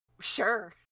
Sure